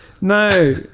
no